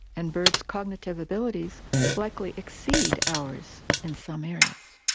and birds' cognitive abilities likely exceed ours in some areas.